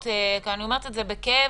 ואני אומרת את זה בכאב,